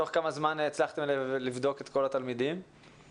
תוך כמה זמן הצלחתם לבדוק את כל התלמידים והתלמידות?